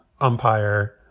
umpire